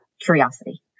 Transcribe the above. curiosity